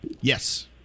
Yes